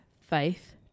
faith